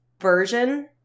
version